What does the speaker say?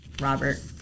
Robert